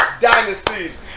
dynasties